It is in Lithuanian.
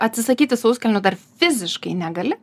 atsisakyti sauskelnių dar fiziškai negali